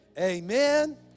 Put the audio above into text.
Amen